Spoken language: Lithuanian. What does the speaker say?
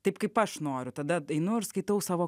taip kaip aš noriu tada einu ir skaitau savo